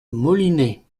molinet